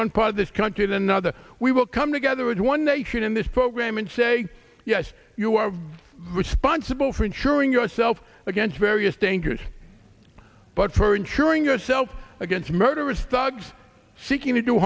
one part of this country than another we will come together as one nation in this program and say yes you are responsible for ensuring yourself against various dangers but for ensuring yourself against a murderous thugs seeking to do